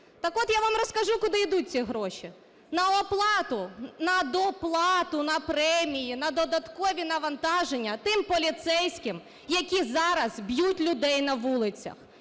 Так от я вам розкажу куди ідуть ці гроші. На оплату, на доплату, на премії на додаткові навантаження тим поліцейським, які зараз б'ють людей на вулицях,